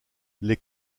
les